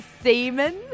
semen